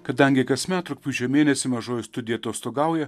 kadangi kasmet rugpjūčio mėnesį mažoji studija atostogauja